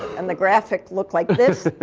and the graphic looked like this.